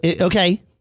okay